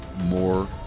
more